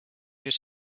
this